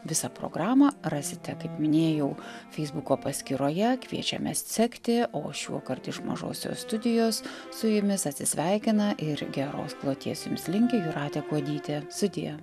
visą programą rasite kaip minėjau feisbuko paskyroje kviečiame sekti o šiuokart iš mažosios studijos su jumis atsisveikina ir geros kloties jums linki jūratė kuodytė sudie